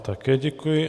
Také děkuji.